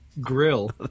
grill